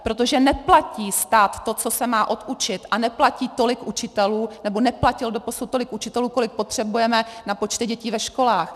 Protože neplatí stát to, co se má odučit, a neplatí tolik učitelů, nebo neplatil doposud tolik učitelů, kolik potřebujeme na počty dětí ve školách.